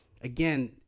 again